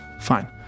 Fine